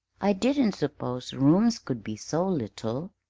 i didn't suppose rooms could be so little,